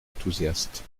enthousiastes